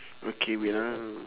okay wait ah